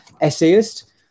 essayist